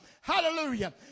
Hallelujah